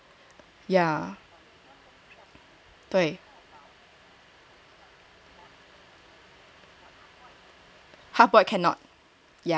ya half boiled cannot